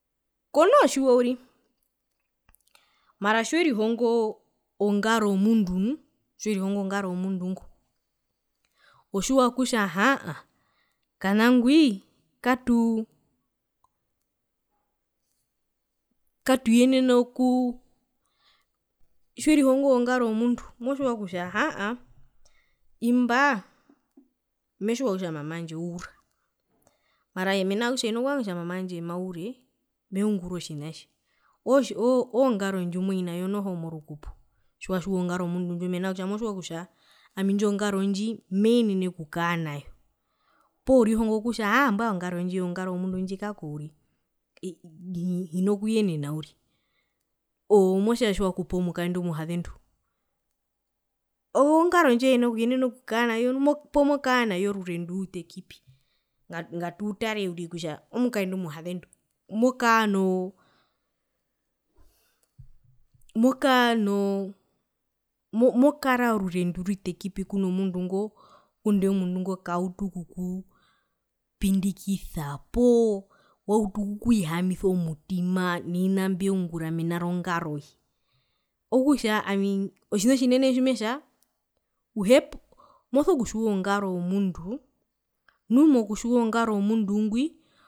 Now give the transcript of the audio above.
Konoo tjiwa uriri mara tjiwerihongo ongaro yomundu nu tjiwerihongo ngaro yomundu otjiwa kutja aahaa kana ngwi katu katuyenene okuu tjiwerihongo ngaro yomundu motjiwa kutja haa aa imbaa metjiwa kutja mama wandje uura mara hina kutja hina kuvanga kutja mama wandje maure meungura otjina oo ongaro ndjimoi nayo noho korukupo mena kutja motjiwa kutja poo orihongo kutja aahaa mbwae ongaro yomundu ndji kako uriri oo o hino kuyenena uriri ove motja tjiwakupu omukaendu omuhazendu oo ongaro ndjiuhina kuyenena okukara nayo nu poo mokara nayo rure ndutekipi ngatu tare uriri kutja omukaendu omuhazendu mokaa noo mokaa orure nduritekipi kuno mundu ngo ngundee omundu ngo kauta oku okupindikisa poo wautu okukukwihamisa omutima naina mbyeungura mena rongaroye kutja ami otjina otjinene tjimetja uhepa moso kutjiwa kutja ongaro yomundu ngwi